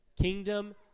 kingdom